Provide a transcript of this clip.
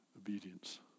obedience